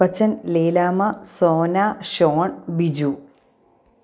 Appachan Leelamma Sona Shaun Biju